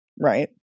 right